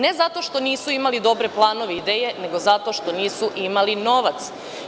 Ne zato što nisu imali dobre planove i ideje, nego zato što nisu imali novac.